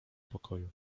pokoju